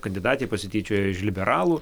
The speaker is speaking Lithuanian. kandidatė pasityčiojo iš liberalų